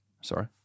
Sorry